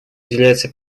уделяется